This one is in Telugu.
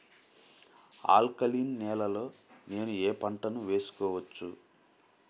ఆల్కలీన్ నేలలో నేనూ ఏ పంటను వేసుకోవచ్చు?